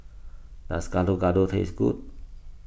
does Gado Gado taste good